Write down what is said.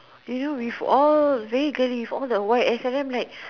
you know with all very girly for all the YSL and them I'm like